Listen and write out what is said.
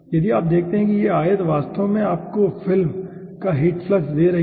यदि आप देखते हैं कि यह आयत वास्तव में आपको फिल्म का हीट फ्लक्स दे रही है